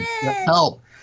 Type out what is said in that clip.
help